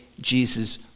Jesus